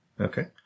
okay